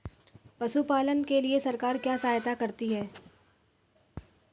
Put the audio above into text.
पशु पालन के लिए सरकार क्या सहायता करती है?